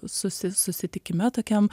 susi susitikime tokiam